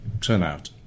turnout